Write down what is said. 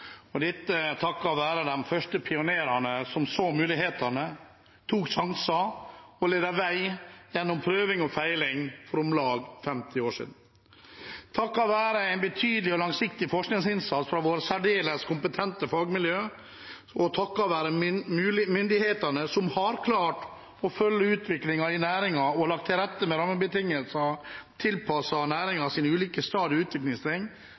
og det takket være de første pionerene som så mulighetene, tok sjanser og viste vei gjennom prøving og feiling for om lag 50 år siden. Nettopp takket være en betydelig og langsiktig forskningsinnsats fra våre særdeles kompetente fagmiljø, og takket være myndighetene, som har klart å følge utviklingen i næringen og lagt til rette med rammebetingelser tilpasset næringens ulike stadier og utviklingstrinn,